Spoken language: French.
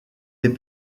des